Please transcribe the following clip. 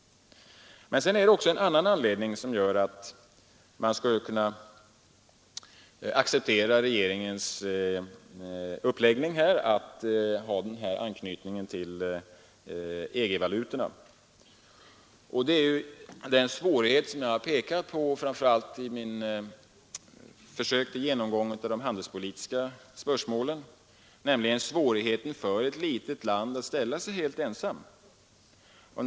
Det finns också en annan anledning till att man kan acceptera regeringens uppläggning, med anknytningen till EG-valutorna, och det är svårigheterna — jag har pekat på dem i mitt försök till genomgång av de handelspolitiska spörsmålen — för ett litet land att ställa sig helt ensamt.